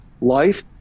life